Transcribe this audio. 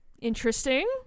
interesting